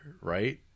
right